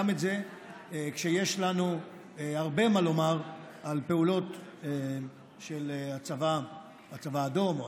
כשיש לנו הרבה מה לומר על פעולות של הצבא האדום,